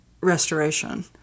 Restoration